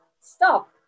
stop